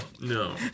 No